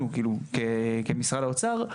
אנחנו כאילו, כמשרד האוצר,